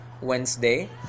Wednesday